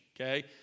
Okay